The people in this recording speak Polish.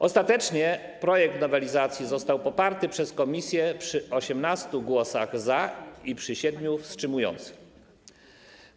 Ostatecznie projekt nowelizacji został poparty przez komisję przy 18 głosach za i przy siedmiu wstrzymujących się.